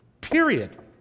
Period